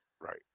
Right